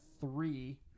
three